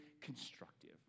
constructive